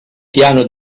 piano